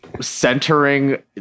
centering